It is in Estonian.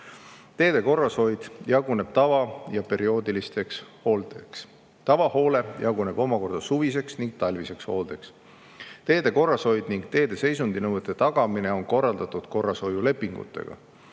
Teede korrashoid jaguneb tava‑ ja perioodiliseks hooldeks. Tavahoole jaguneb omakorda suviseks ning talviseks hooldeks. Teede korrashoid ning teede seisundinõuete tagamine on korraldatud korrashoiulepingutega.